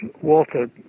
Walter